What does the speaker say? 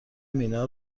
مینا